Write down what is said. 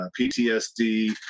PTSD